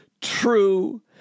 true